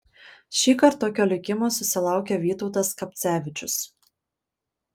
šįkart tokio likimo susilaukė vytautas skapcevičius